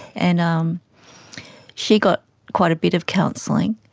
and um she got quite a bit of counselling,